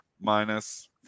minus